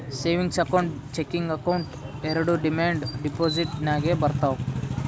savings account, checking account ಎರೆಡು demand deposit ನಾಗೆ ಬರ್ತಾವ್